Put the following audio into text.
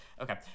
okay